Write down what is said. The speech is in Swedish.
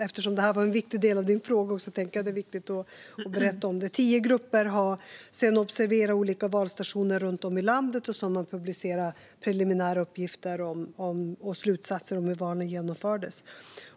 Eftersom detta var en av dina frågor tänkte jag att det var viktigt att berätta om det. Tio grupper observerade olika valstationer runt om i landet och publicerade sedan preliminära uppgifter och slutsatser om hur valen genomfördes.